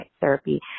therapy